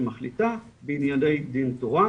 שמחליטה בענייני דין תורה,